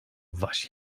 wasi